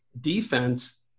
defense